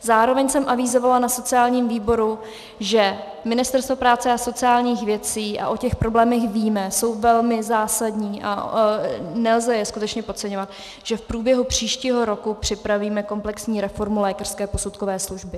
Zároveň jsem avizovala na sociálním výboru, že Ministerstvo práce a sociálních věcí, a o těch problémech víme, jsou velmi zásadní a nelze je skutečně podceňovat, že v průběhu příštího roku připravíme komplexní reformu lékařské posudkové služby.